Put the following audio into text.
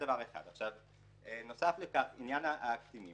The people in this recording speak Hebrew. בנוסף לכך, עניין הקטינים